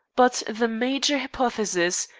but the major hypothesis,